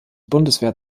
bundeswehr